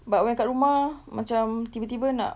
but when dekat rumah macam tiba-tiba nak